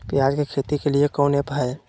प्याज के खेती के लिए कौन ऐप हाय?